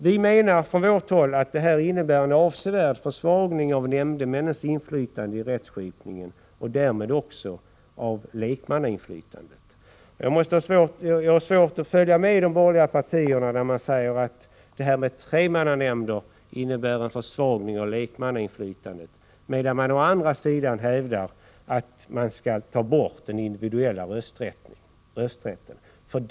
Vi menar att detta innebär en avsevärd försvagning av nämndemännens inflytande i rättsskipningen och därmed också av lekmannainflytandet. Jag har svårt att följa de borgerliga partierna, när man säger att tremannanämnder skulle innebära en försvagning av lekmannainflytandet, medan man å andra sidan hävdar att den individuella rösträtten skall tas bort.